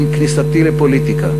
עם כניסתי לפוליטיקה,